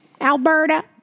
Alberta